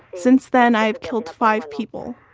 since then i have killed five people.